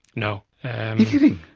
no. you're kidding!